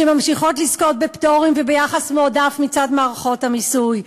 שממשיכות לזכות בפטורים וביחס מועדף מצד מערכות המיסוי.